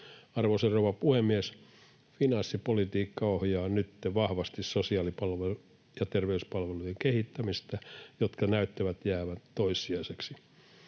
Arvoisa rouva puhemies! Finanssipolitiikka ohjaa nytten vahvasti sosiaalipalvelujen ja terveyspalvelujen kehittämistä, jotka näyttävät jäävät toissijaisiksi.